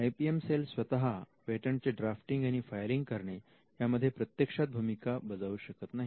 I P M cell स्वतः पेटंटचे drafting आणि फायलिंग करणे यामध्ये प्रत्यक्षात भूमिका बजावू शकत नाही